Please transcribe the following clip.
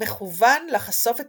מכוון לחשוף את